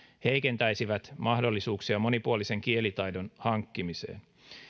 heikentäisi mahdollisuuksia monipuolisen kielitaidon hankkimiseen